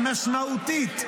משמעותית.